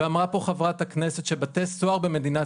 ואמרה פה חברת הכנסת שבתי סוהר במדינת